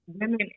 women